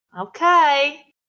Okay